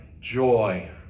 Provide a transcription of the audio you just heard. joy